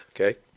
Okay